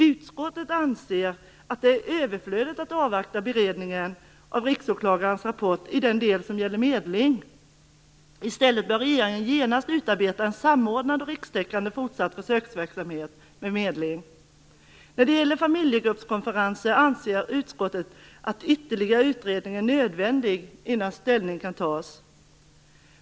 Utskottet anser att det är överflödigt att avvakta beredningen av riksåklagarens rapport i den del som gäller medling. I stället bör regeringen genast utarbeta en samordnad och rikstäckande fortsatt försöksverksamhet med medling. När det gäller familjegruppskonferenser anser utskottet att ytterligare utredning är nödvändig innan ställning kan tas.